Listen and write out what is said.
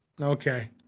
Okay